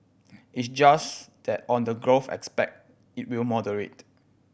it's just that on the growth aspect it will moderate